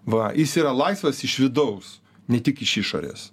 va jis yra laisvas iš vidaus ne tik iš išorės